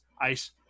ice